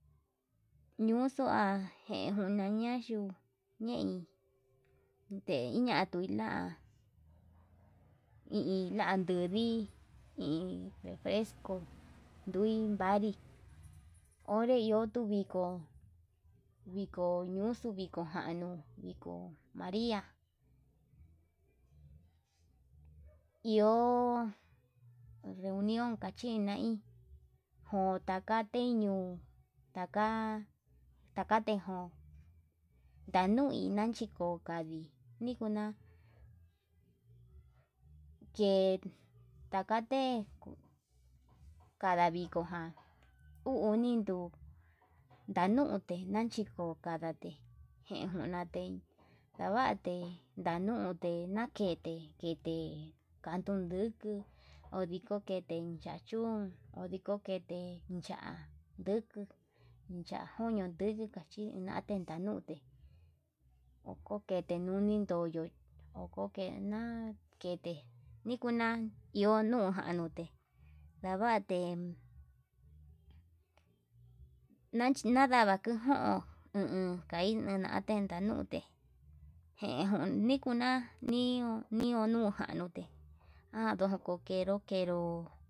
Ñuuxua jeñuu ñaña yuu ñei ndei latuila hi i landudi, iin refresco ndui vandii onre ñuu tuu viko viko ñuxua viko januu, koo fradia iho reunion kachí nai ho taka teñuu taka taka tejo'ó nandui nachiko kandii ndikuna ke takate kanda viko ján, uu uni nduu nandute nachiko kandate jen njuna te'e ndavate ndanute na'a kete kete kanduu nduukuu ondiko kete ya'a chún ondiko kete cha'a, nduku ya'á kuñu nduku chi nan kenda nuu te ho koo kete nudin ndoyo'o okokena kete nikunan iho nun njanuu, te ndavate nadava njen no'on no kai nenate tenda nute genjun nikuna, niu niuu nuu njanute an ndoko kenró kenró.